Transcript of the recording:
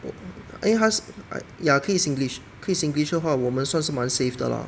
因为它是 ya 可以 singlish 可以 singlish 的话我们算是蛮 safe 的 lor